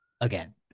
Again